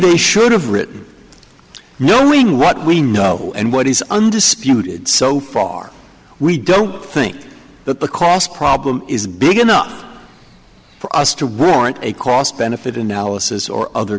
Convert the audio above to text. they should have written knowing what we know and what is undisputed so far we don't think that the cost problem is big enough for us to warrant a cost benefit analysis or other